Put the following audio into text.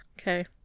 Okay